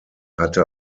hatte